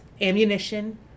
ammunition